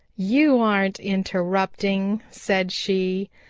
you aren't interrupting, said she.